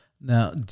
Now